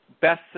best